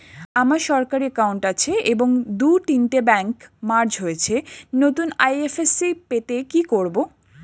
আমার সরকারি একাউন্ট আছে এবং দু তিনটে ব্যাংক মার্জ হয়েছে, নতুন আই.এফ.এস.সি পেতে কি করব?